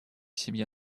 семье